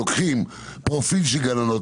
לוקחים פרופיל של גננות,